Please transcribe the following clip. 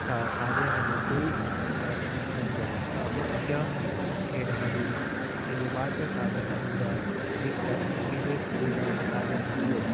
का कार्यहरू दुई अन्तर्गत अध्ययन गरिन्छ मुख्य हेडहरू अनिवार्य कार्यहरू र विक विवेकपूर्ण कार्यहरू